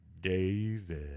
David